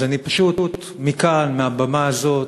אני פשוט מכאן, מהבמה הזאת,